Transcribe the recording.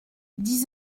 dix